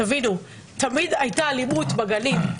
תמיד הייתה אלימות בגנים,